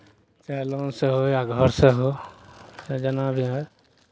चाहे लोनसँ हो या घरसँ हो चाहे जेना भी होय